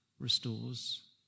Restores